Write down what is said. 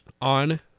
on